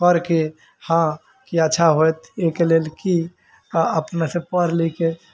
कर के हँ अच्छा होत एहि के लेल की अपने से पढ़ लिख के